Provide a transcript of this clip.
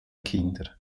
kinder